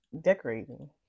decorating